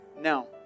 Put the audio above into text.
Now